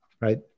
right